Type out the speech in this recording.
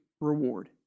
reward